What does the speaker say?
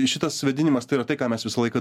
šitas vėdinimas tai yra tai ką mes visą laiką